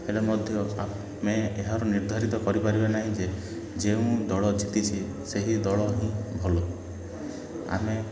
ହେଲେ ମଧ୍ୟ ଏହାର ନିର୍ଦ୍ଧାରିତ କରିପାରିବେ ନାହିଁ ଯେ ଯେଉଁ ଦଳ ଜିତିଛି ସେହି ଦଳ ହିଁ ଭଲ ଆମେ